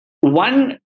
one